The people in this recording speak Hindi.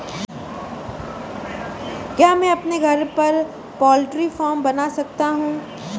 क्या मैं अपने घर पर पोल्ट्री फार्म बना सकता हूँ?